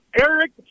Eric